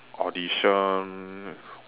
audition